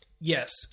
Yes